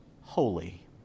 holy